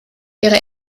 ihre